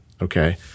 Okay